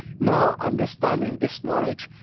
now understanding this knowledge,